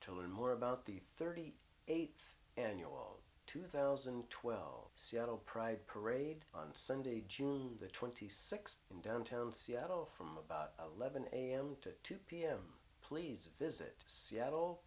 to learn more about the thirty eighth annual two thousand and twelve seattle pride parade on sunday june the twenty in downtown seattle from about eleven am to two pm please visit seattle